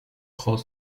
cold